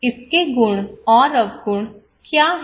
इसके गुण और अवगुण क्या हैं